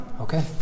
Okay